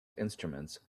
instruments